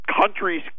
countries